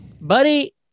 buddy